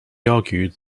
argued